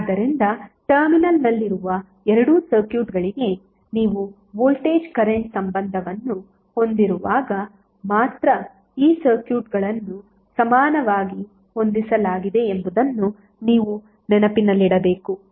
ಆದ್ದರಿಂದ ಟರ್ಮಿನಲ್ನಲ್ಲಿರುವ ಎರಡೂ ಸರ್ಕ್ಯೂಟ್ಗಳಿಗೆ ನೀವು ವೋಲ್ಟೇಜ್ ಕರೆಂಟ್ ಸಂಬಂಧವನ್ನು ಹೊಂದಿರುವಾಗ ಮಾತ್ರ ಈ ಸರ್ಕ್ಯೂಟ್ಗಳನ್ನು ಸಮಾನವಾಗಿ ಹೊಂದಿಸಲಾಗಿದೆ ಎಂಬುದನ್ನು ನೀವು ನೆನಪಿನಲ್ಲಿಡಬೇಕು